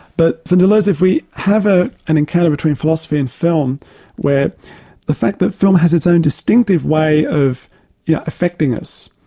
but for deleuze, if we have ah an encounter between philosophy and film where the fact that film has its own distinctive way of yeah affecting us,